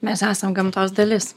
mes esam gamtos dalis